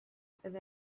them